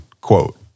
quote